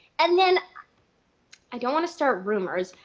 and then i don't want to start rumors.